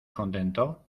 contento